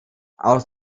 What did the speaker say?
aus